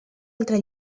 altre